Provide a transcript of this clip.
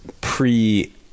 pre-